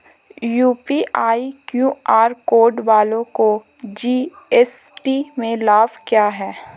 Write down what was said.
UPI QR code वालों को GST में लाभ क्या है?